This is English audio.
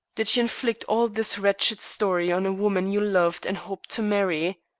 did you inflict all this wretched story on a woman you loved and hoped to marry?